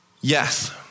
Yes